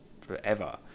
forever